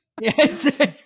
yes